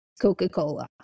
Coca-Cola